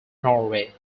norway